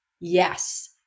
yes